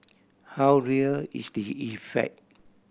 how real is the effect